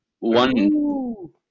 One